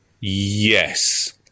Yes